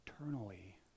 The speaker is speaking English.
eternally